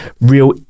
real